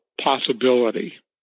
possibility